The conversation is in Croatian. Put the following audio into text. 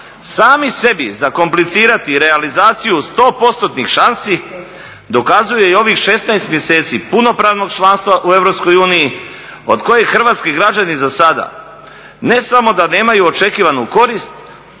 sami sebi zakomplicirati realizaciju 100% šansi dokazuje i ovih 16 mjeseci punopravnog članstva u EU od kojeg hrvatski građani zasada ne samo da nemaju očekivanu korist